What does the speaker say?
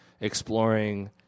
exploring